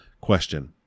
Question